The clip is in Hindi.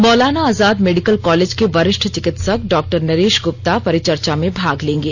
मौलाना आजाद मेडिकल कॉलेज के वरिष्ठ चिकित्सक डॉक्टर नरेश गुप्ता परिचर्चा में भाग लेंगे